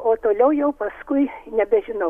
o toliau jau paskui nebežinau